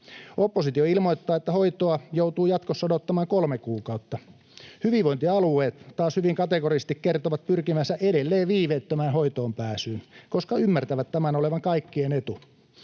Oppositio ilmoittaa, että hoitoa joutuu jatkossa odottamaan kolme kuukautta. Hyvinvointialueet taas hyvin kategorisesti kertovat pyrkivänsä edelleen viiveettömään hoitoonpääsyyn, koska ymmärtävät tämän olevan kaikkien etu.